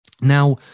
Now